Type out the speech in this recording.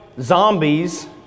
zombies